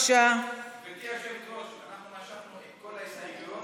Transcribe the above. כל ההסתייגויות.